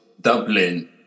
Dublin